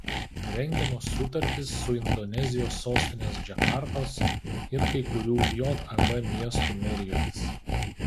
rengiamos sutartys su indonezijos sostinės džakartos ir kai kurių jav miestų merijomis